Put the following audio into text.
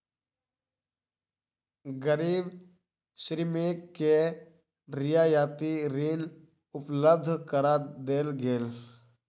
गरीब श्रमिक के रियायती ऋण उपलब्ध करा देल गेल